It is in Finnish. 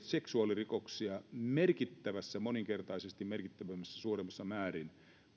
seksuaalirikoksia merkittävässä moninkertaisesti merkittävämmässä suuremmassa määrin